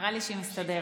נראה לי שהיא מסתדרת.